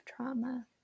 trauma